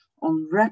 on